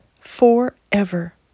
forever